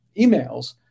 emails